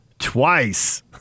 Twice